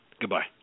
Goodbye